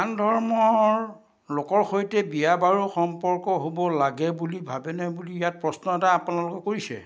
আন ধৰ্মৰ লোকৰ সৈতে বিয়া বাৰু সম্পৰ্ক হ'ব লাগে বুলি ভাবেনে বুলি ইয়াত প্ৰশ্ন এটা আপোনালোকে কৰিছে